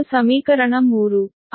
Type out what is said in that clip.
ಇದು ಸಮೀಕರಣ 3